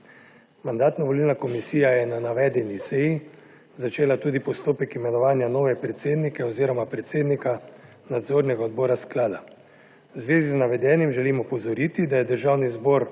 Mandatno-volilna komisija je na navedeni seji začela tudi postopek imenovanja nove predsednice oziroma predsednika nadzornega odbora sklada. V zvezi z navedenim želim opozoriti, da je Državni zbor28.